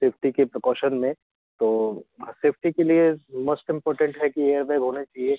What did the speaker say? safety के precaution में तो सेफ्टी के लिए मस्ट इंपॉर्टेंट है कि एयरबैग होने चाहिए